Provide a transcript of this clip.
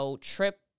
trip